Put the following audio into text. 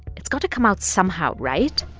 it's got to come out somehow, right?